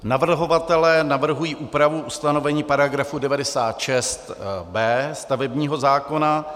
Navrhovatelé navrhují úpravu ustanovení § 96b stavebního zákona.